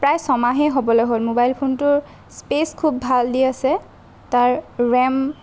প্ৰায় ছমাহেই হ'বলে হ'ল ম'বাইল ফোনটোৰ স্পেচ খুব ভাল দি আছে তাৰ ৰেম